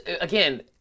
again